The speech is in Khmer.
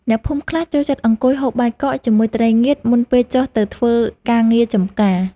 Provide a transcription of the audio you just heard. អ្នកភូមិខ្លះចូលចិត្តអង្គុយហូបបាយកកជាមួយត្រីងៀត មុនពេលចុះទៅធ្វើការងារចម្ការ។